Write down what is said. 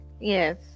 Yes